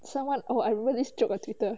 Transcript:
someone oh I read this joke on twitter